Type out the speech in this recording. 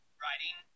writing